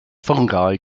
fungi